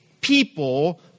people